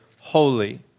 holy